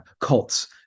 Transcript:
cults